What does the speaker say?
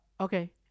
Okay